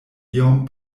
iom